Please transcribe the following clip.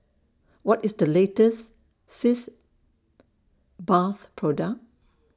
What IS The latest Sitz Bath Product